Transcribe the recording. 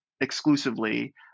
exclusively